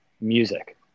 music